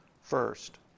first